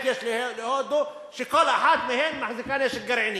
יש להודו שכל אחת מהן מחזיקה נשק גרעיני?